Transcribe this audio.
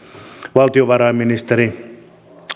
valtiovarainministeri